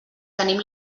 tenim